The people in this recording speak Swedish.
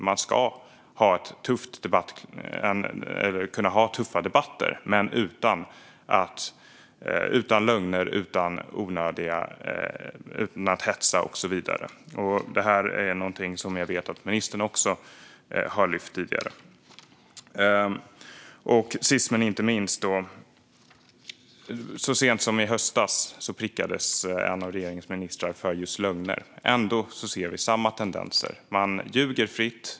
Man ska kunna ha tuffa debatter men utan lögner och utan att hetsa och så vidare. Det här är något som jag vet att också ministern har lyft fram tidigare. Sist men inte minst: Så sent som i höstas prickades en av regeringens ministrar för just lögner. Ändå ser vi nu samma tendenser. Man ljuger fritt.